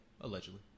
Allegedly